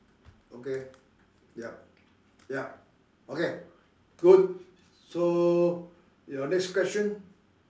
okay yup yup okay good so your next question